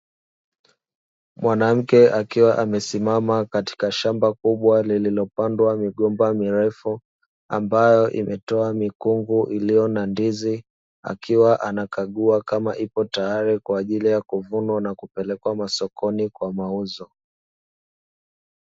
Mwanamke akiwa amesimama katika shamba kubwa lililopandwa migomba mirefu, ambayo imetoa mikungu iliyo na ndizi, akiwa anakagua kama ipo tayari kwa ajili ya kuvunwa na kupelekwa masokoni kwa mauzo.